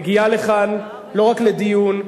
מגיעה לכאן לא רק לדיון,